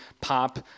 pop